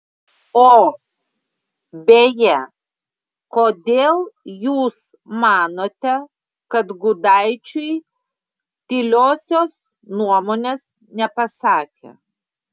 o beje kodėl jūs manote kad gudaičiui tyliosios nuomonės nepasakė